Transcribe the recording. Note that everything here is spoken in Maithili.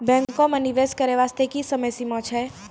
बैंको माई निवेश करे बास्ते की समय सीमा छै?